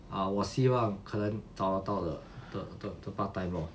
ah 我希望可能找得到的的的的 part time lor